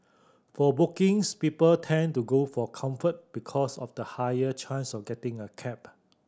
for bookings people tend to go for Comfort because of the higher chance of getting a cab